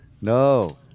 No